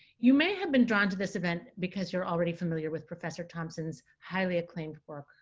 you may have been drawn to this event because you're already familiar with professor thompson's highly acclaimed work.